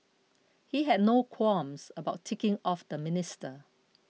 he had no qualms about ticking off the minister